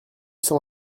cent